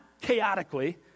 chaotically